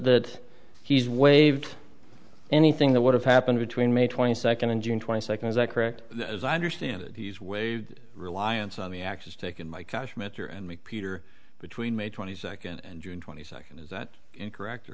that he's waived anything that would have happened between may twenty second in june twenty second is that correct as i understand it he's waived reliance on the actions taken by cash mature and peter between may twenty second and june twenty second is that incorrect